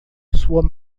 sua